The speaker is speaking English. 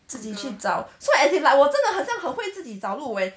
自己去找 so as if like 我真的很像很会自己找路 eh